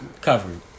covered